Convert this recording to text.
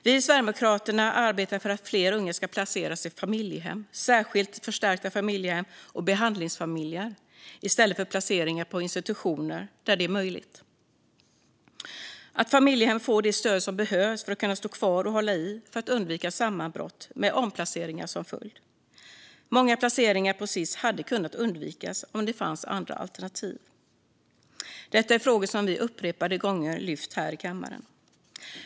Vi i Sverigedemokraterna arbetar för att fler unga, där det är möjligt, ska placeras i familjehem, särskilt i förstärkta familjehem och behandlingsfamiljer, i stället för på institutioner. Det är viktigt att familjehem får det stöd som behövs för att kunna stå kvar och hålla i för att undvika sammanbrott med omplaceringar som följd. Många placeringar på Sis hade kunnat undvikas om det funnits andra alternativ. Detta är frågor som vi upprepade gånger lyft fram här i kammaren.